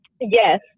Yes